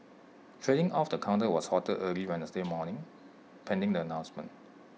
trading of the counter was halted early Wednesday morning pending the announcement